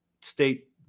state